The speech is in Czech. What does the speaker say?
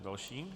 Další.